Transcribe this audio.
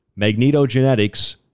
magnetogenetics